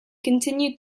continued